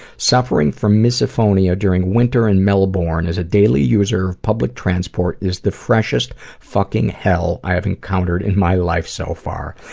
suffering from misophonia during winter in melbourne as a daily user of public transport is the freshest fucking hell i have encountered in my life so far.